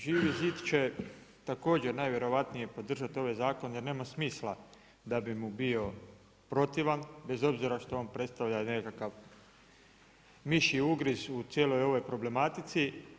Živi zid će također najvjerojatnije podržati ovaj zakon, jer nema smisla da bi mu bio protivan bez obzira što on predstavlja nekakav mišji ugriz u cijeloj ovoj problematici.